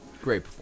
Great